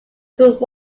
through